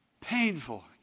painful